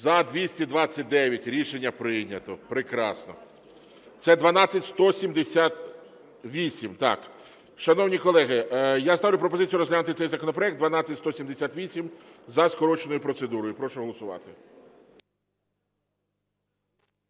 За-229 Рішення прийнято. Прекрасно. Це 12178, так. Шановні колеги, я ставлю пропозицію розглянути цей законопроект 12178 за скороченою процедурою. Прошу голосувати.